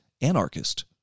anarchist